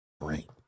right